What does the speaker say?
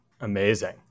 Amazing